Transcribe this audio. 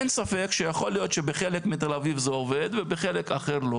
אין ספק שיכול להיות שבחלק מתל אביב זה עובד ובחלק אחר לא.